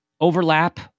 overlap